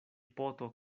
poto